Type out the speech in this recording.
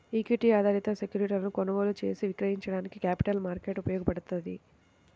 equity ఆధారిత సెక్యూరిటీలను కొనుగోలు చేసి విక్రయించడానికి క్యాపిటల్ మార్కెట్ ఉపయోగపడ్తది